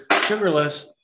sugarless